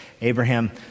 Abraham